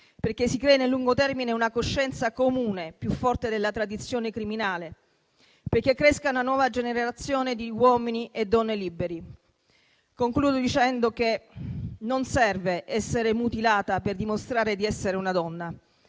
perché si crei nel lungo termine una coscienza comune più forte della tradizione criminale e cresca una nuova generazione di uomini e donne liberi. Concludo dicendo che non serve essere mutilata per dimostrare di essere una donna.